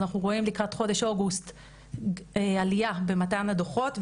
אז אנחנו רואים לקראת חודש אוגוסט עלייה במתן הדוחות,